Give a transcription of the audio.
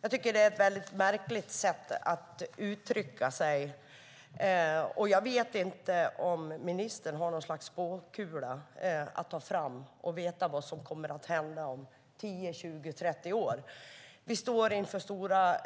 Jag tycker att det är ett mycket märkligt sätt att uttrycka sig. Jag vet inte om ministern har något slags spåkula att ta fram för att få veta vad som kommer att hända om 10, 20 eller 30 år. Vi står inför exempelvis stora